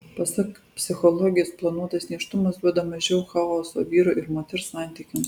pasak psichologės planuotas nėštumas duoda mažiau chaoso vyro ir moters santykiams